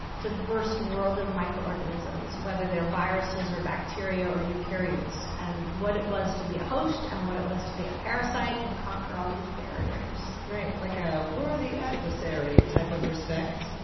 diverse world of microorganisms, whether they're viruses, bacteria, or eukaryotes and what it was to be a host, and what it was to be a parasite, and conquer all these barriers right, like a worthy adversary type of respect.